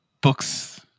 books